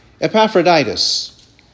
Epaphroditus